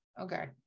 okay